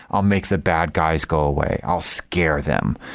i'll make the bad guys go away. i'll scare them.